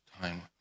time